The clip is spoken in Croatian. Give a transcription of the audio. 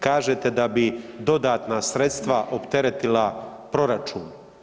Kažete da bi dodatna sredstva opteretila proračun.